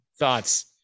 thoughts